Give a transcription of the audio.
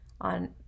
On